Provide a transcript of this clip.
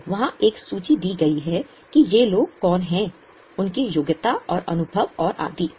तो वहाँ एक सूची दी गई है कि ये लोग कौन हैं उनकी योग्यता और अनुभव और आदि